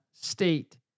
state